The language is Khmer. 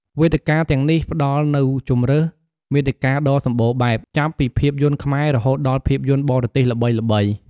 វេទិកាទាំងនេះផ្ដល់នូវជម្រើសមាតិកាដ៏សម្បូរបែប ចាប់ពីភាពយន្តខ្មែរ រហូតដល់ភាពយន្តបរទេសល្បីៗ។